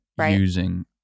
using